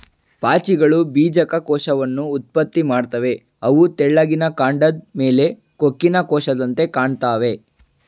ಪಾಚಿಗಳು ಬೀಜಕ ಕೋಶವನ್ನ ಉತ್ಪತ್ತಿ ಮಾಡ್ತವೆ ಅವು ತೆಳ್ಳಿಗಿನ ಕಾಂಡದ್ ಮೇಲೆ ಕೊಕ್ಕಿನ ಕೋಶದಂತೆ ಕಾಣ್ತಾವೆ